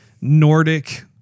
Nordic